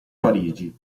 parigi